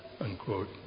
unquote